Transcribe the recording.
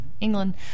England